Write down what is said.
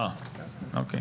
אוקיי.